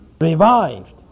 revived